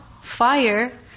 fire